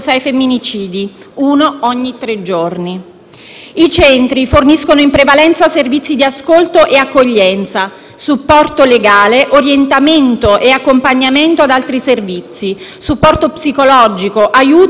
I centri forniscono in prevalenza servizi di ascolto e accoglienza, supporto legale, orientamento e accompagnamento ad altri servizi, supporto psicologico, aiuto nel corso di allontanamento dal *partner* violento,